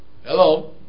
Hello